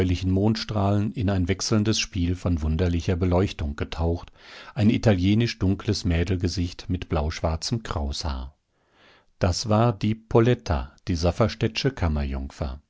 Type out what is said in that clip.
mondstrahlen in ein wechselndes spiel von wunderlicher beleuchtung getaucht ein italienisch dunkles mädelgesicht mit blauschwarzem kraushaar das war die poletta die